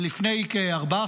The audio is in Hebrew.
לפני ארבעה,